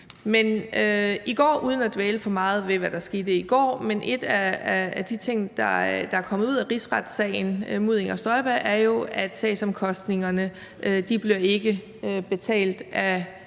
Uden at dvæle for meget ved, hvad der skete i går, vil jeg dog sige, at en af de ting, der er kommet ud af rigsretssagen mod Inger Støjberg, jo er, at sagsomkostningerne ikke bliver betalt af